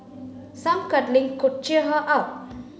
some cuddling could cheer her up